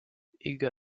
iga